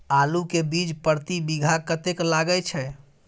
आलू के बीज प्रति बीघा कतेक लागय छै?